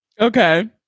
Okay